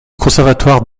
conservatoire